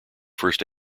first